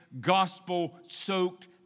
gospel-soaked